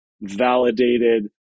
validated